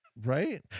Right